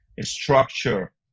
structure